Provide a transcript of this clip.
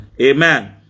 Amen